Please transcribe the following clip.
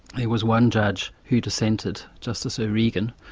there was one judge who dissented, justice o'regan,